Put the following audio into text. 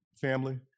family